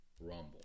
rumble